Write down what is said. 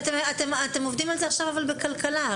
אתם עובדים על זה עכשיו בכלכלה.